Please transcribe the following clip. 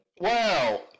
Wow